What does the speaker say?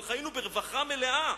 אבל חיינו ברווחה מלאה,